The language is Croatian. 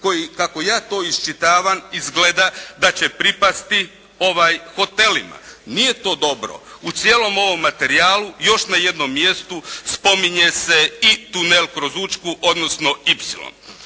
koji kako ja to iščitavam izgleda da će pripasti hotelima. Nije to dobro. U cijelom ovom materijalu još na jednom mjestu spominje se i tunel kroz Učku, odnosno